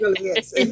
yes